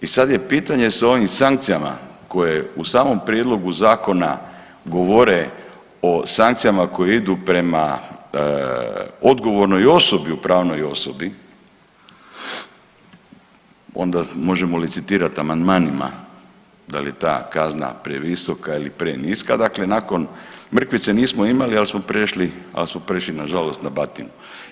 I sad je pitanje sa ovim sankcijama koje u samom prijedlogu zakona govore o sankcijama koje idu prema odgovornoj osobi u pravnoj osobi, onda možemo licitirat amandmanima dal je ta kazna previsoka ili preniska, dakle nakon mrkvice nismo imali, al smo prešli, al smo prešli nažalost na batinu.